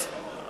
אתה,